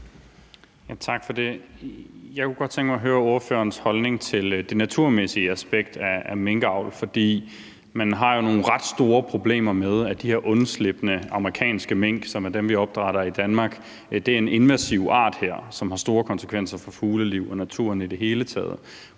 Jeg kunne godt tænke mig at høre ordførerens holdning til det naturmæssige aspekt af minkavl, for man har jo nogle ret store problemer med, at de her undslupne amerikanske mink, som er dem, vi opdrætter i Danmark, er en invasiv art her, som har store konsekvenser for fuglelivet og naturen i det hele taget.